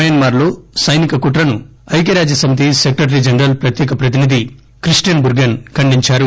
Myanmar లో సైనిక కుట్రను ఐక్యరాజ్య సమితి సెక్రటరీ జనరల్ ప్రత్యేక ప్రతినిధి క్రిస్టిస్ బుర్గెస్ ఖండించారు